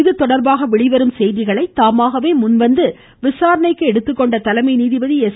இதுதொடர்பாக வெளிவரும் செய்திகளை தாமாகவே முன்வந்து விசாரணைக்கு எடுத்த தலைமை நீதிபதி எஸ்